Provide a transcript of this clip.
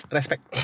Respect